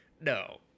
no